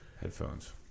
headphones